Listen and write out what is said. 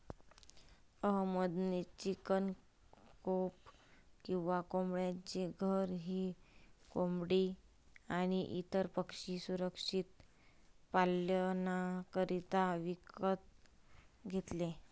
अहमद ने chicken coop किंवा कोंबड्यांचे घर ही कोंबडी आणी इतर पक्षी सुरक्षित पाल्ण्याकरिता विकत घेतले